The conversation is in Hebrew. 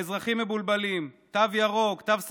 האזרחים מבולבלים: תו ירוק, תו סגול,